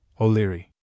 O'Leary